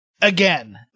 again